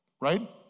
right